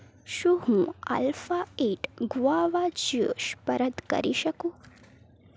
શું હું alpha at guava juice પરત કરી શકું